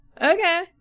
Okay